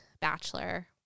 bachelor